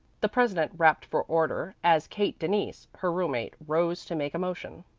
the president rapped for order as kate denise, her roommate, rose to make a motion.